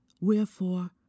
Wherefore